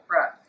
Right